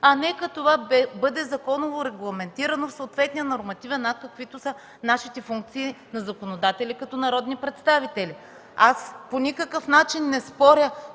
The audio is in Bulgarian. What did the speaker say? а нека това да бъде законово регламентирано в съответния нормативен акт, каквито са нашите функции на законодатели като народни представители. Аз по никакъв начин не споря,